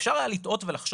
של עבודה